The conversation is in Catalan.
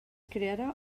crearà